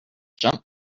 jump